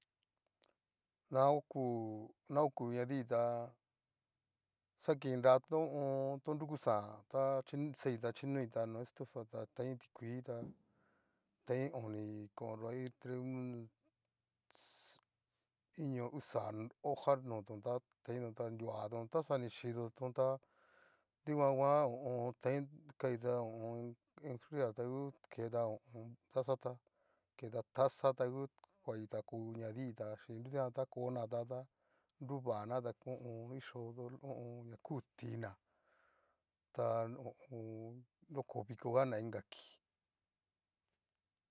Na oku, naoku nadii tá, xai naratu ho o on. odukuxián, ta kixai ta xhinoita no estufa a tain ti kuii, tá taí oni konro aiin tregoni, shiiii, iño a uxa hoja notón ta teinto ta nruatón ta taxa nishidotón, tá dikuan guan ho o on. tai kai tá enfriar ta ngu ho o on keta tazata keta taza ta ngu kuaita koo ñadí ta chín nrutejan ta konata ta nruvana ta ho o on kixo dolor ho o on.ña ku'u tina ta ho o on. nroko vikogana inga kii.